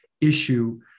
issue